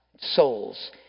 souls